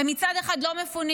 הם מצד אחד לא מפונים,